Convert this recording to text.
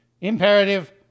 Imperative